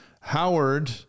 Howard